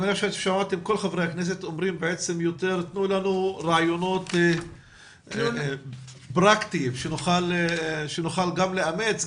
כל חברי הכנסת בעצם אומרים תנו לנו רעיונות פרקטיים שנוכל גם לאמץ,